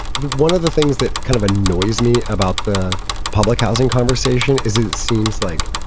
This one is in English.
one of the things that kind of annoys me about the public housing conversation is it seems like.